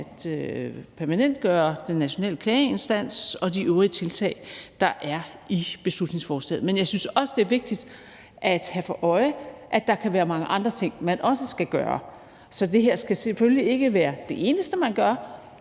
at permanentgøre den nationale klageinstans og de øvrige tiltag, der er i beslutningsforslaget. Men jeg synes også, det er vigtigt at have for øje, at der kan være mange andre ting, man også skal gøre. Så det her skal selvfølgelig ikke være det eneste, man gør,